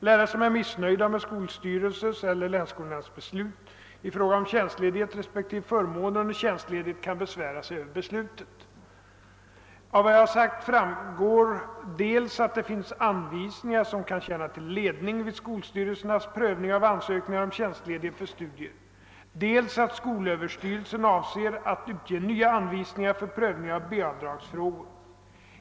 Lärare som är missnöjda med skolstyrelses eller länsskolnämnds beslut i fråga om tjänstledighet respektive förmåner under tjänstledighet kan besvära sig över beslutet. Av vad jag sagt framgår dels att det finns anvisningar som kan tjäna till ledning vid skolstyrelsernas prövning av ansökningar om tjänstledighet för studier, dels att skolöverstyrelsen avser att utge nya anvisningar för prövning av B-avdragsfrågor.